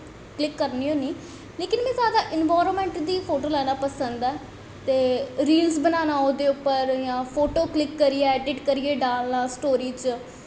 click करनी होन्नी नीं लेकिन में जादा इनवार्नमैंट दी फोटो लैना पसंद ऐ ते रील्स बनाना ओह्दे उप्पर जां फोटो क्लिक करियै ऐडिट करियै डालना स्टोरी च